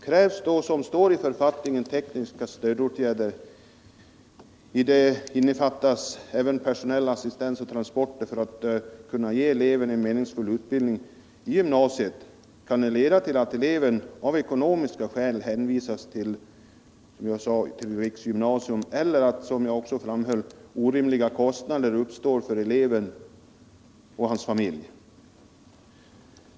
Krävs det då, som det står i författningen, tekniska stödåtgärder — i det innefattas också personell assistans och transporter — för att kunna ge eleverna en meningsfull utbildning i gymnasiet, kan det leda till att eleven av ekonomiska skäl hänvisas till riksgymnasium eller att orimliga kostnader uppstår för eleven och hans familj.